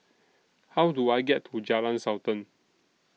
How Do I get to Jalan Sultan